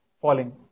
falling